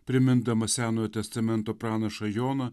primindamas senojo testamento pranašą joną